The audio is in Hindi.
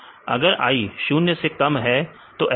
अगर आई शून्य से कम है तो ऐसा क्यों